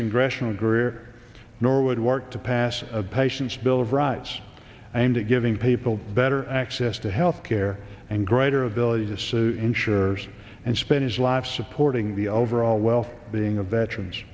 congressional greer nor would work to pass a patients bill of rights aimed at giving people better access to health care and greater ability to sue insurers and spend his life supporting the overall well being of veterans